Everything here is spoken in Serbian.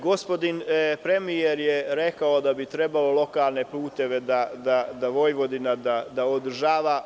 Gospodin premijer je rekao da bi trebalo lokalne puteve Vojvodina da održava.